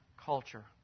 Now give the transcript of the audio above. culture